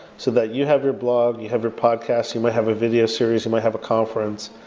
so that you have your blog, you have your podcast. you might have a video series. you might have a conference.